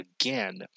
again